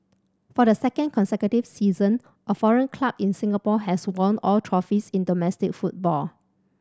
for the second consecutive season a foreign club in Singapore has won all trophies in domestic football